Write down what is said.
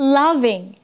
loving